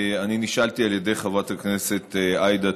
אני נשאלתי על ידי חברת הכנסת עאידה